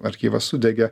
archyvas sudegė